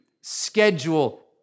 schedule